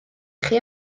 chi